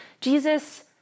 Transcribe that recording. Jesus